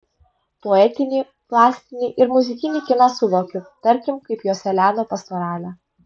poetinį plastinį ir muzikinį kiną suvokiu tarkim kaip joselianio pastoralę